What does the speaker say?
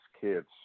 kids